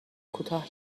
کوتاه